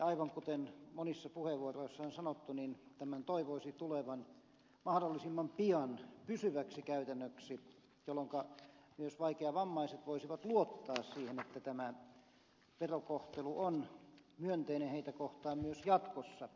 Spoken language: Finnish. aivan kuten monissa puheenvuoroissa on sanottu tämän toivoisi tulevan mahdollisimman pian pysyväksi käytännöksi jolloinka myös vaikeavammaiset voisivat luottaa siihen että tämä verokohtelu on myönteinen heitä kohtaan myös jatkossa